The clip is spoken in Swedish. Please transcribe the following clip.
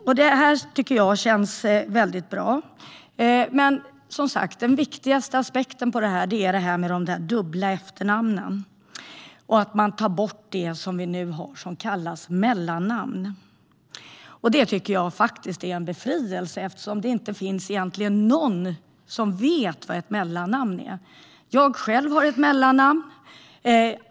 Det här känns bra. Men, som sagt, den viktigaste aspekten av detta är de dubbla efternamnen och att man tar bort det vi nu har som kallas mellannamn. Det är en befrielse eftersom det inte finns någon som vet vad ett mellannamn är. Jag har själv ett mellannamn.